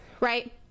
right